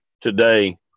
today